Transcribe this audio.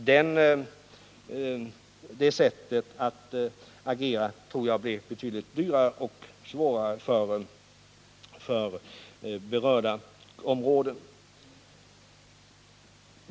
Det sättet att agera tror jag blir betydligt dyrare, och det medför att det blir svårare för berörda områden.